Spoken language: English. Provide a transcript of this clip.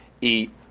eat